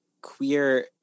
queer-